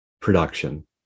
production